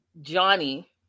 Johnny